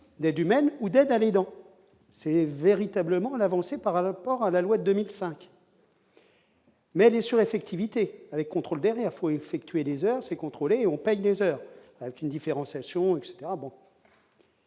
d'aide humaine ou d'un avis, donc c'est véritablement l'avancée par rapport à la loi 2005. Mais bien sûr effectivité avec contrôle derrière faut effectuer des heures, c'est contrôlé, on paye des heures avec une différenciation etc